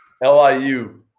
LIU